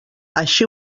així